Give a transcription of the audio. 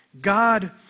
God